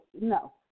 no